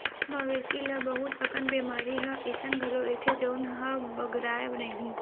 मवेशी ल बहुत अकन बेमारी ह अइसन घलो रहिथे जउन ह बगरय नहिं